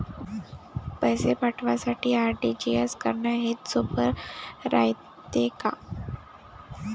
पैसे पाठवासाठी आर.टी.जी.एस करन हेच सोप रायते का?